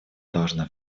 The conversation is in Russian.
должна